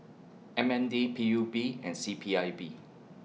M N D P U B and C P I B